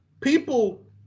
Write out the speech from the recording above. people